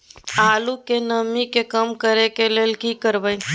आलू के नमी के कम करय के लिये की करबै?